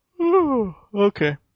Okay